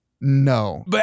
No